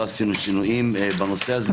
לא עשינו שינויים בנושא הזה.